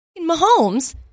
Mahomes